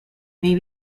may